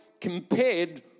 compared